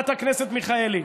חברת הכנסת מיכאלי.